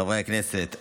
חברי הכנסת,